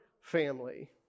family